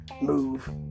move